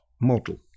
model